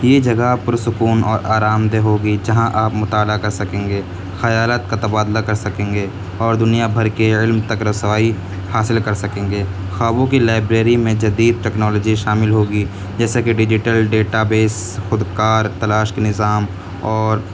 یہ جگہ پرسکون اور آرام دہ ہوگی جہاں آپ مطالعہ کر سکیں گے خیالات کا تبادلہ کر سکیں گے اور دنیا بھر کے علم تک رسوائی حاصل کر سکیں گے خوابوں کی لائبریری میں جدید ٹکنالوجی شامل ہوگی جیسے کہ ڈیجیٹل ڈیٹا بیس خود کار تلاش نظام اور